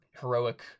heroic